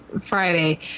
friday